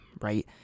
right